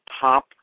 top